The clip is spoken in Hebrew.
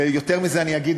ויותר מזה אני אגיד,